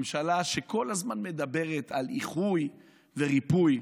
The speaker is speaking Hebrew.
ממשלה שכל הזמן מדברת על איחוי וריפוי,